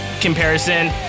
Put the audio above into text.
comparison